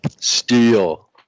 Steel